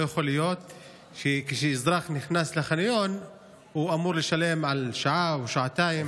לא יכול להיות שכשאזרח נכנס לחניון הוא אמור לשלם על שעה או שעתיים.